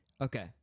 Okay